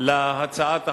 להצעת החוק.